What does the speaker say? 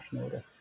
order